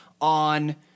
on